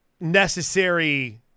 necessary